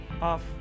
off